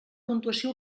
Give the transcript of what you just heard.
puntuació